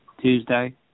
Tuesday